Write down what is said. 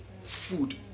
food